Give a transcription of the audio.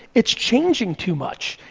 it's changing too much,